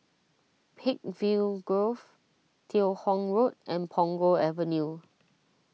Peakville Grove Teo Hong Road and Punggol Avenue